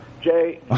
Jay